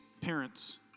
parents